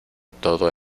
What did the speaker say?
todo